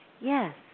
yes